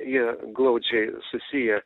jie glaudžiai susiję